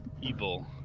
evil